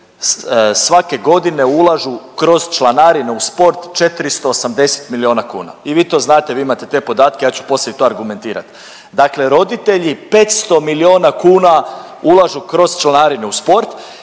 svake godine ulažu kroz članarinu u sport 480 milijuna kuna i vi to znate, vi imate te podatke, ja ću poslije to argumentirat. Dakle roditelji 500 milijuna kuna ulažu kroz članarinu u sport